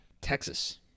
Texas